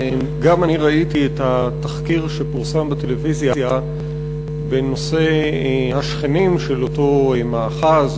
גם אני ראיתי את התחקיר שפורסם בטלוויזיה בנושא השכנים של אותו מאחז,